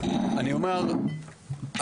אני אומר,